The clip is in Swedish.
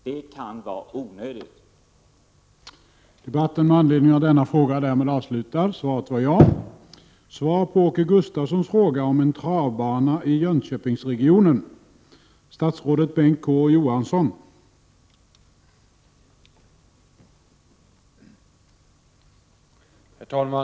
Det kan vara onödigt att någonting sker.